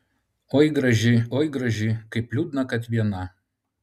oi graži oi graži kaip liūdna kad viena